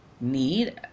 need